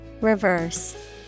Reverse